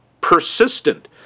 persistent